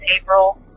April